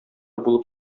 булып